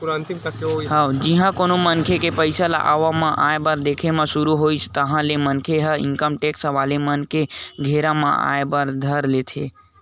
जिहाँ कोनो मनखे के पइसा के आवक आय बाय दिखे के सुरु होइस ताहले ओ मनखे ह इनकम टेक्स वाला मन के घेरा म आय बर धर लेथे